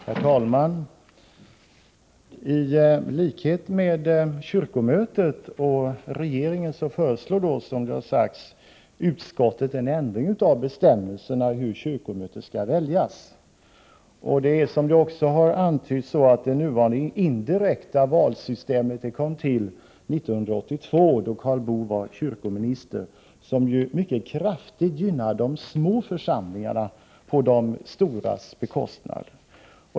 Herr talman! I likhet med kyrkomötet och regeringen föreslog, som redan sagts, utskottet en ändring av reglerna om val till kyrkomöte. Det är så, som också har antytts, att det nuvarande systemet med indirekta val tillkom 1982, då Karl Boo var kyrkominister. Det systemet gynnar mycket kraftigt de små församlingarna på de storas bekostnad.